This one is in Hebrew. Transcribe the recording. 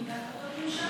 אבל יש החלטות ממשלה.